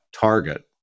target